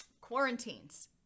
quarantines